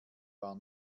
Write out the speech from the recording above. war